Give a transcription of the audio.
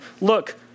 look